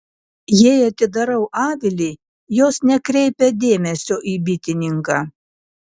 jei atidarau avilį jos nekreipia dėmesio į bitininką